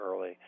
early